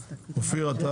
אופיר,